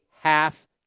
half